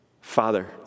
Father